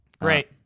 Great